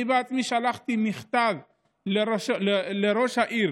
אני בעצמי שלחתי מכתב לראש העיר